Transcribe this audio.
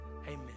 amen